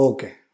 Okay